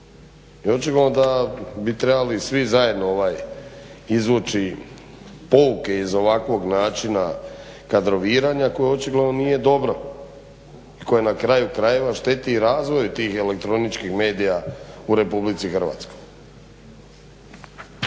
očigledno da bi trebali svi zajedno izvući pouke iz ovakvog načina kadroviranja koje očigledno nije dobro i koje na kraju krajeva šteti i razvoju tih elektroničkih medija u RH.